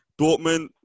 Dortmund